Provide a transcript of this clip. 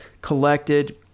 collected